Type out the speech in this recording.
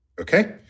Okay